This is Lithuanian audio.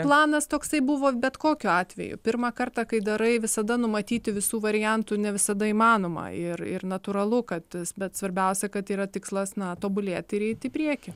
planas toksai buvo bet kokiu atveju pirmą kartą kai darai visada numatyti visų variantų ne visada įmanoma ir ir natūralu kad bet svarbiausia kad yra tikslas na tobulėti ir eiti į priekį